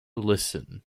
listen